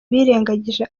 birengagije